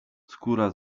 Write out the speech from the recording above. skóra